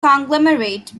conglomerate